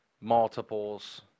Multiples